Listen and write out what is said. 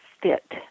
fit